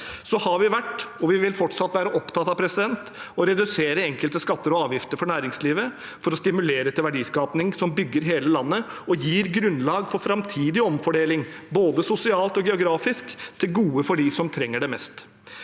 Så har vi vært – og vil fortsatt være – opptatt av å redusere enkelte skatter og avgifter for næringslivet for å stimulere til verdiskaping som bygger hele landet og gir grunnlag for framtidig omfordeling, både sosialt og geografisk, til gode for dem som trenger det mest.